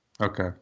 Okay